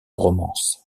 romances